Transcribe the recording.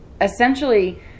essentially